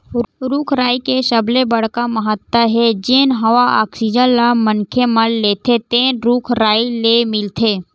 रूख राई के सबले बड़का महत्ता हे जेन हवा आक्सीजन ल मनखे मन लेथे तेन रूख राई ले मिलथे